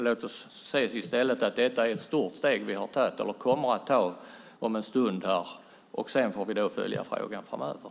Låt oss säga i stället att det är ett stort steg vi kommer att ta om en stund. Sedan får vi följa frågan framöver.